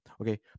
Okay